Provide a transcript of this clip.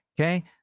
Okay